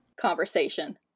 conversation